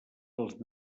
els